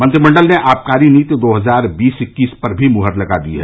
मंत्रिमंडल ने आबकारी नीति दो हजार बीस इक्कीस पर भी मुहर लगा दी है